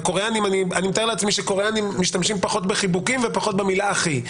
אני מתאר לעצמי שקוריאנים משתמשים פחות בחיבוקים ופחות במילה "אחי"